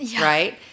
right